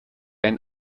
ein